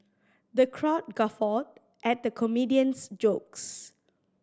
the crowd guffawed at the comedian's jokes